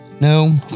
No